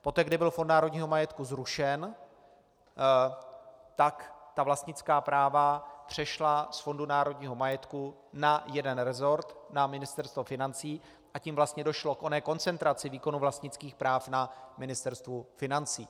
Poté, kdy byl Fond národního majetku zrušen, tak ta vlastnická práva přešla z Fondu národního majetku na jeden resort, na Ministerstvo financí, a tím vlastně došlo k oné koncentraci výkonu vlastnických práv na Ministerstvu financí.